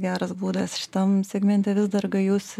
geras būdas šitam segmente vis dar gajus